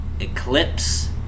Eclipse